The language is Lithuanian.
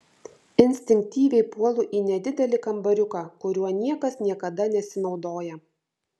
instinktyviai puolu į nedidelį kambariuką kuriuo niekas niekada nesinaudoja